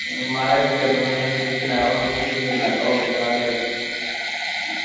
म्हाराज दिक्खी लैयो स्हेई रेट लायो